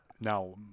now